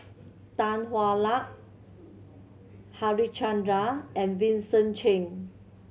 Tan Hwa Luck Harichandra and Vincent Cheng